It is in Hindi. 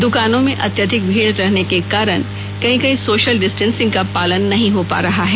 द्कानों में अत्याधिक भीड़ रहने के कारण कहीं कहीं सोशल डिस्टेंस का पालन नहीं हो रहा है